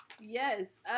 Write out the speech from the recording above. Yes